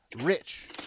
rich